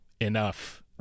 enough